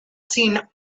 seen